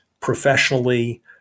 professionally